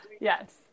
Yes